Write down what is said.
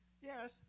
yes